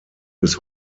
bis